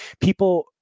people